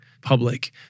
public